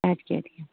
اَدٕ کیٛاہ اَدٕ کیٛاہ